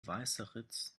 weißeritz